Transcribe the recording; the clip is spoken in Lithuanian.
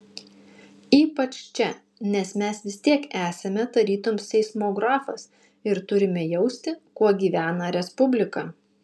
ypač čia nes mes vis tiek esame tarytum seismografas ir turime jausti kuo gyvena respublika